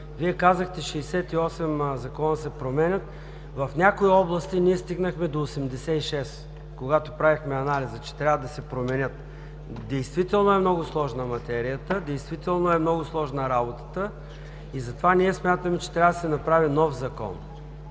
Вие казахте, че 68 закона се променят, в някои области стигнахме до 86, които трябва да се променят. Действително е много сложна материята, действително е много сложна работата – затова ние смятаме, че трябва да се изготви нов закон,